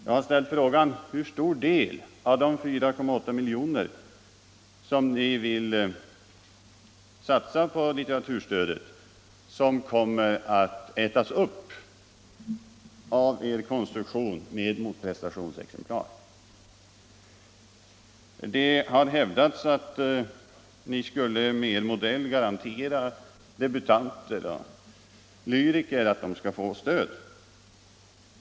Jag frågade hur stor del av de 4,8 milj.kr. som ni vill satsa på litteraturstödet som kommer att ätas upp av er konstruktion med motprestationsexemplar. Det har hävdats att er modell skulle garantera ett stöd åt debutanter och lyriker.